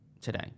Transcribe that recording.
today